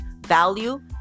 value